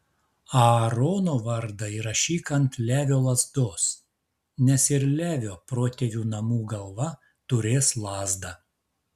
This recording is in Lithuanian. aarono vardą įrašyk ant levio lazdos nes ir levio protėvių namų galva turės lazdą